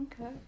Okay